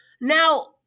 now